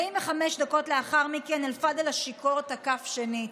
45 דקות לאחר מכן, אלפדל השיכור תקף שנית.